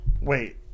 wait